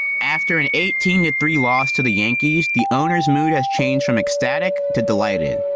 after an eighteen to three loss to the yankees, the owner's mood has changed from ecstatic to delighted,